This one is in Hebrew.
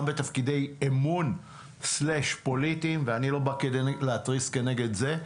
בתפקידי אמון/פוליטיים ואני לא בא כדי להתריס כנגד זה,